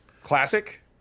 classic